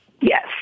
Yes